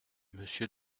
monsieur